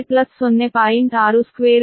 62 12